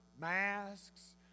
masks